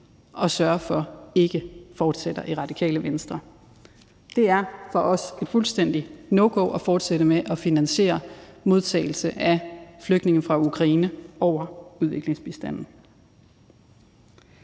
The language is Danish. at sørge for ikke fortsætter. Det er for os et fuldstændigt no-go at fortsætte med at finansiere modtagelse af flygtninge fra Ukraine over udviklingsbistanden.